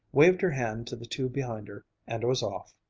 waved her hand to the two behind her, and was off.